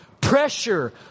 pressure